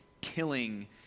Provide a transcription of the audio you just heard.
killing